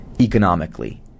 economically